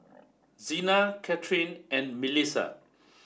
Xena Katharine and Milissa